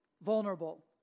vulnerable